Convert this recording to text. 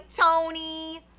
Tony